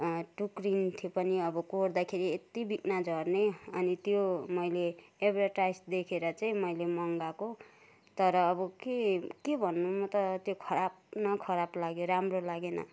टुक्रिन्थ्यो पनि अब कोर्दाखेरि यति बिघ्न झर्ने अनि त्यो मैले एड्भर्टाइज देखेर चाहिँ मैले मगाएको तर अब के के भन्नु म त त्यो खराब न खराब लाग्यो राम्रो लागेन